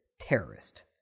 terrorist